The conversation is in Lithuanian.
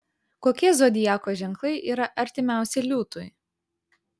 kokie zodiako ženklai yra artimiausi liūtui